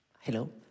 Hello